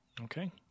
okay